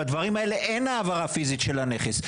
בדברים האלה אין העברה פיזית של הכנס.